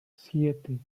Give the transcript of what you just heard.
siete